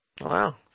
Wow